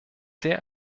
sehr